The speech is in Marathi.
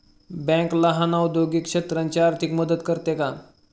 बँक लहान औद्योगिक क्षेत्राची आर्थिक मदत करते का?